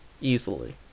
easily